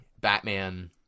Batman